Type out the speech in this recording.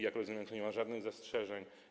Jak rozumiem, tu nie ma żadnych zastrzeżeń.